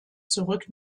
zurück